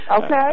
Okay